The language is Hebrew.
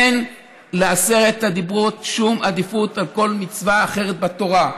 אין לעשרת הדיברות שום עדיפות על כל מצווה אחרת בתורה.